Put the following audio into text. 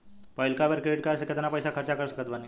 पहिलका बेर credit card से केतना पईसा खर्चा कर सकत बानी?